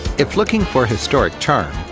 if looking for historic charm,